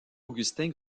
augustin